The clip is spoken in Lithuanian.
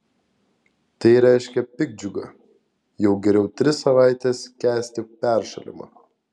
tai reiškia piktdžiugą jau geriau tris savaites kęsti peršalimą